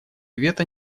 вето